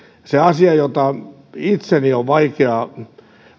asia jota itselläni on